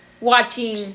watching